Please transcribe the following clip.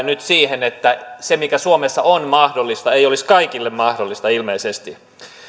nyt siihen että se mikä suomessa on mahdollista ei olisi kaikille mahdollista ilmeisesti